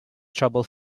trouble